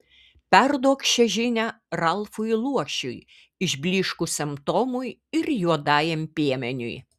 perduok šią žinią ralfui luošiui išblyškusiam tomui ir juodajam piemeniui